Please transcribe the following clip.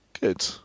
Good